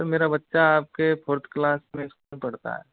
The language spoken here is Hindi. सर मेरा बच्चा आपके फोर्थ क्लास में स्कूल में पढ़ता है